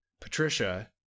Patricia